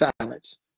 silence